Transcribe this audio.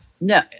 No